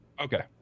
Okay